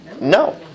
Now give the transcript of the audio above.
No